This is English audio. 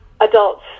adults